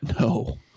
No